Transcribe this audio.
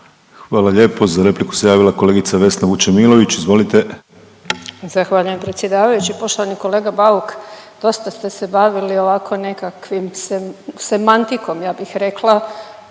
Hvala lijepo. Za repliku se javila kolegica Vesna Vučemilović, izvolite. **Vučemilović, Vesna (Nezavisni)** Zahvaljujem predsjedavajući. Poštovani kolega Bauk, dosta ste se bavili ovako nekakvim semantikom ja bih rekla,